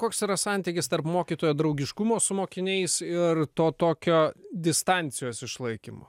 koks yra santykis tarp mokytojo draugiškumo su mokiniais ir to tokio distancijos išlaikymo